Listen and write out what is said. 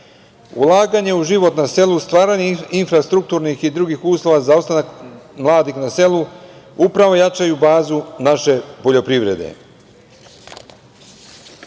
hrana. Ulaganje u život na selu, stvaranje infrastrukturnih i drugih uslova za ostanak mladih na selu, upravo jačaju bazu naše poljoprivrede. Dalji